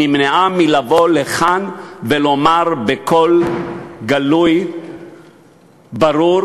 היא נמנעה מלבוא לכאן ולומר בקול גלוי וברור